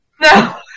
No